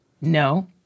No